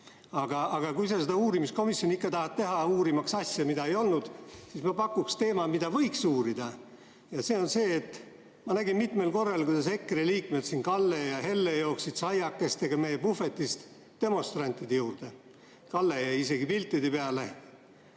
Aga kui sa seda uurimiskomisjoni ikka tahad teha, uurimaks asja, mida ei olnud, siis ma pakuks teemat, mida võiks uurida. Ma nägin mitmel korral, kuidas EKRE liikmed Kalle ja Helle jooksid saiakestega meie puhvetist demonstrantide juurde. Kalle jäi isegi piltide peale.